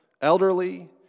Elderly